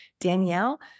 Danielle